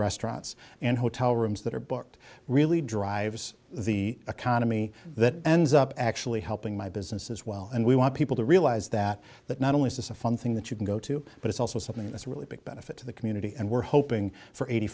restaurants and hotel rooms that are booked really drives the economy that ends up actually helping my business as well and we want people to realize that that not only is a fun thing that you can go to but it's also something that's really a big benefit to the community and we're hoping for eighty